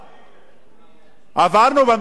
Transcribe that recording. עברנו במדינה הזאת כמה משברים,